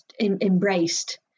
embraced